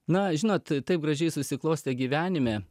na žinot taip gražiai susiklostė gyvenime